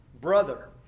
brother